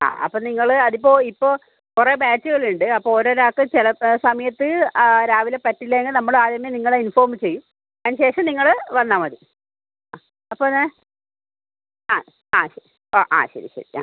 ആ അപ്പോൾ നിങ്ങൾ അതിപ്പോൾ ഇപ്പോൾ കുറേ ബാച്ചുകൾ ഉണ്ട് അപ്പോൾ ഓരോരോ ആൾക്ക് ചില സമയത്ത് രാവിലെ പറ്റില്ലെങ്കിൽ നമ്മൾ ആദ്യമേ നിങ്ങളെ ഇൻഫോം ചെയ്യും അതിന് ശേഷം നിങ്ങൾ വന്നാൽ മതി ആ അപ്പോൾ ഞാൻ ആ ആ ഓ ആ ശരി ശരി ആ